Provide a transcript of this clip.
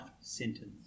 sentence